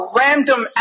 random